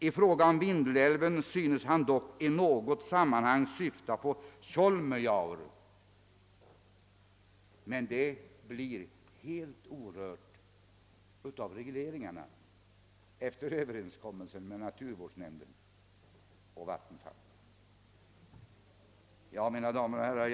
I fråga om Vindelälven synes han dock i något sammanhang syfta på Tjålmejaure, men detia område blir helt orört av regleringarna, efter överenskommelse mellan naturvårdsnämnden och Vattenfall. Mina damer och herrar!